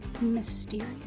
mysterious